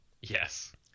Yes